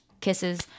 Kisses